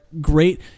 great